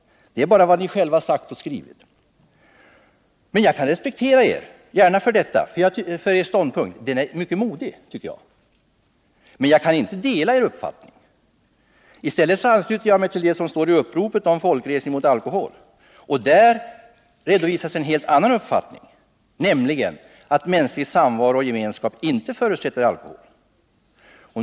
Det är bara vad ni själva har sagt och skrivit. Jag kan respektera er ståndpunkt. Jag tycker att det är modigt av er att ta denna. Men jag kan inte dela er uppfattning. I stället ansluter jag mig till det som står i uppropet om folkresning mot alkohol. Där redovisas en helt annan uppfattning, nämligen den att mänsklig samvaro och gemenskap inte förutsätter alkohol.